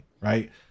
right